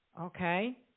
Okay